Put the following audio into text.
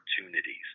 opportunities